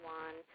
one